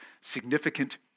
significant